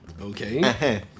Okay